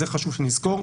את זה חשוב שנזכור,